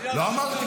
ירדת נמוך.